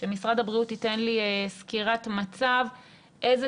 שמשרד הבריאות ייתן לי סקירת מצב איזה